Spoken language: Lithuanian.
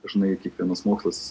dažnai kiekvienas mokslas